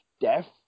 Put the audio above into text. Death